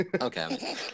Okay